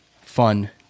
fun